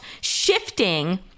shifting